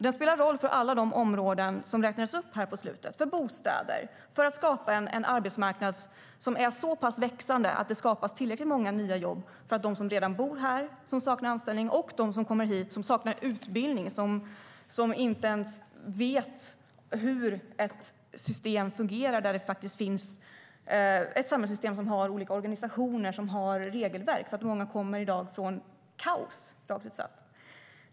Den spelar roll för alla de områden som räknades upp på slutet: för bostäder och för att skapa en arbetsmarknad som är så pass växande att tillräckligt många nya jobb skapas för dem som redan bor här och saknar anställning och för dem som kommer hit och saknar utbildning och inte ens vet hur ett samhällssystem med olika organisationer och regelverk fungerar. I dag kommer många från kaos, rent ut sagt.